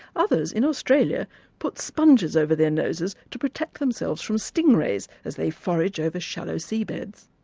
others in australia put sponges over their noses to protect themselves from stingrays as they forage over shallow seabeds.